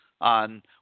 on